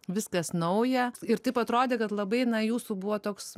viskas nauja ir taip atrodė kad labai na jūsų buvo toks